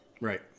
Right